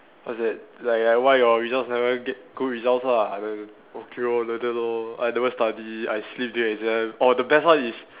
what's that like uh why your results never get good results lah I'm like okay lor like that lor I never study I sleep during exam or the best one is